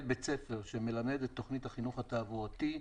בית ספר שמלמד את תוכנית החינוך התעבורתי,